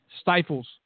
stifles